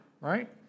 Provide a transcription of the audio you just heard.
right